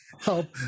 Help